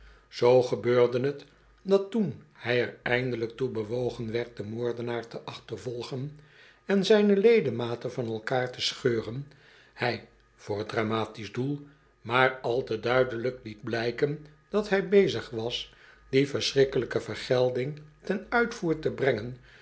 zoo gebeurde het dat toen hij er eindelijk toe bewogen werd den moordenaar te achtervolgen en zijne ledematen van elkander te scheuren hij voor t dramatisch doel maar al te duidelijk liet blijken dat hij bezig was die verschrikkelijke vergelding ten uitvoer te brengen